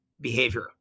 behavior